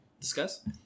discuss